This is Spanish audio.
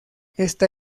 esta